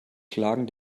klagen